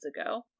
ago